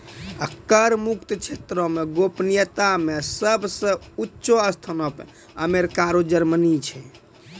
कर मुक्त क्षेत्रो मे गोपनीयता मे सभ से ऊंचो स्थानो पे अमेरिका आरु जर्मनी छै